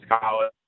college